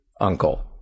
Uncle